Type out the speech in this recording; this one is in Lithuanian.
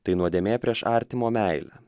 tai nuodėmė prieš artimo meilę